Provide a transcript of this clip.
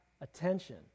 attention